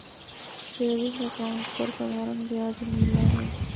saving account पर साधारण ब्याज मिला हई